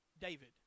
David